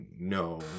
no